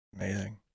Amazing